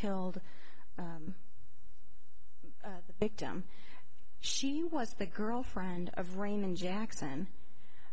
killed the victim she was the girlfriend of rainman jackson